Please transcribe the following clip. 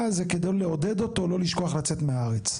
זה כדי לעודד אותו לא לשכוח לצאת מהארץ.